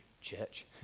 church